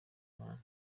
imana